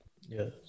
Yes